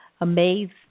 amazed